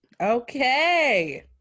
Okay